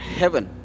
heaven